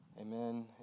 Amen